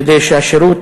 כדי שהשירות